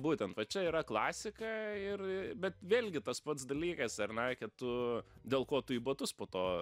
būtent va čia yra klasika ir bet vėlgi tas pats dalykas ar ne kad tu dėl ko tu į batus po to